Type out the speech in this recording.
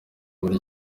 muri